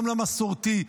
גם למסורתי,